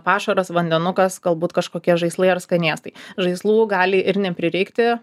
pašaras vandenukas galbūt kažkokie žaislai ar skanėstai žaislų gali ir neprireikti